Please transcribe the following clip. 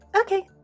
Okay